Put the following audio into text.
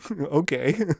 Okay